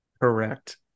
Correct